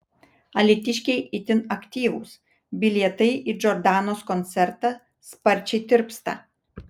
alytiškiai itin aktyvūs bilietai į džordanos koncertą sparčiai tirpsta